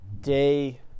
day